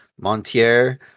Montier